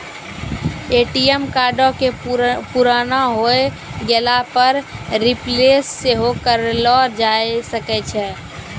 ATM कार्डो के पुराना होय गेला पे रिप्लेस सेहो करैलो जाय सकै छै